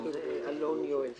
אני אלון יועץ